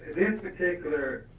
this particular